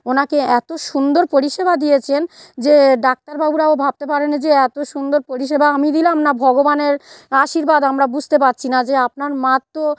ওনাকে এত সুন্দর পরিষেবা দিয়েছেন যে ডাক্তারবাবুরাও ভাবতে পারেনি যে এত সুন্দর পরিষেবা আমি দিলাম না ভগবানের আশীর্বাদ আমরা বুঝতে পারছি না যে আপনার মা তো